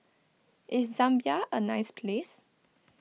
is Zambia a nice place